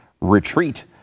retreat